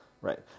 Right